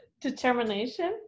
determination